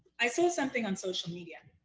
i saw something on social media.